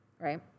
right